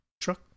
truck